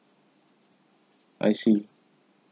I see